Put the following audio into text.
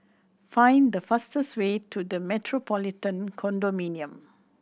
find the fastest way to The Metropolitan Condominium